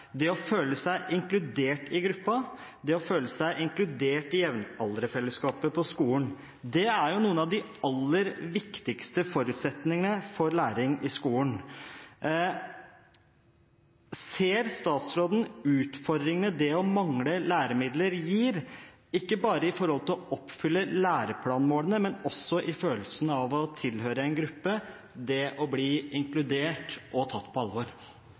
Det å føle seg inkludert i gruppen – det å føle seg inkludert i jevnalderfellesskapet på skolen – er jo en av de aller viktigste forutsetningene for læring i skolen. Ser statsråden utfordringene det å mangle læremidler gir, ikke bare når det gjelder å oppfylle læreplanmålene, men også for følelsen av å tilhøre en gruppe, det å bli inkludert og tatt på alvor?